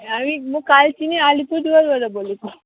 हामी म कालचिनी अलिपुरद्वारबाट बोलेको